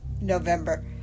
November